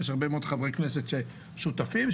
ויש חברי כנסת רבים שותפים,